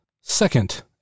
second